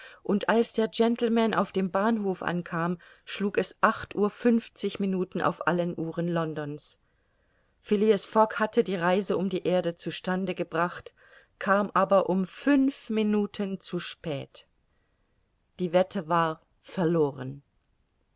und als der gentleman auf dem bahnhof ankam schlug es acht uhr fünfzig minuten auf allen uhren londons phileas fogg hatte die reise um die erde zu stande gebracht kam aber um fünf minuten zu spät die wette war verloren